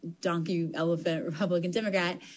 donkey-elephant-Republican-Democrat